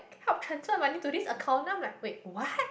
help transfer money to this account then I'm like wait what